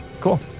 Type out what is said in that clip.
Cool